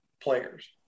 players